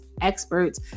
experts